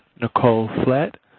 nicole flagg,